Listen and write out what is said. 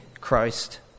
Christ